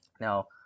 Now